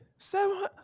Seven